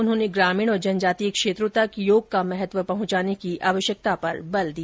उन्होंने ग्रामीण और जनजातीय क्षेत्रों तक योग का महत्व पहुंचाने की आवश्यकता पर बल दिया